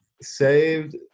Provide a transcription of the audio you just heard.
saved